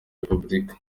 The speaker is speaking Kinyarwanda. repubulika